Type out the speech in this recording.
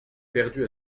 perdu